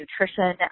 nutrition